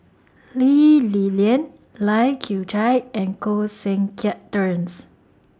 Lee Li Lian Lai Kew Chai and Koh Seng Kiat Terence